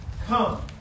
Come